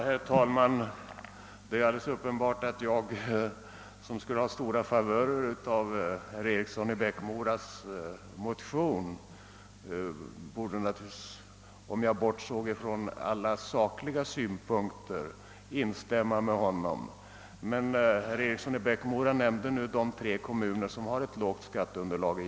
Herr talman! Det är alldeles uppenbart att jag som skulle ha stora favörer av vad som föreslås i motionen av herr Eriksson i Bäckmora borde instämma med honom, om jag bortsåg från alla sakliga synpunkter. Herr Eriksson nämnde nu de tre kommuner i Gästrikland som har ett lågt skatteunderlag.